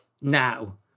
now